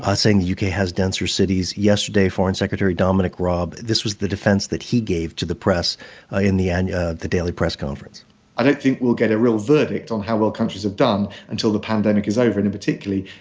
ah saying the u k. has denser cities. yesterday, foreign secretary dominic raab this was the defense that he gave to the press ah in the and the daily press conference i don't think we'll get a real verdict on how well countries have done until the pandemic is over and, in particularly,